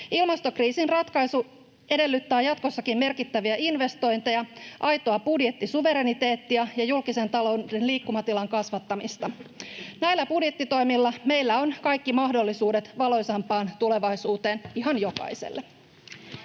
Ilmastokriisin ratkaisu edellyttää jatkossakin merkittäviä investointeja, aitoa budjettisuvereniteettia ja julkisen talouden liikkumatilan kasvattamista. Näillä budjettitoimilla meillä on kaikki mahdollisuudet valoisampaan tulevaisuuteen ihan jokaiselle.